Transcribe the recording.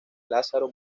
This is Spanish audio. lázaro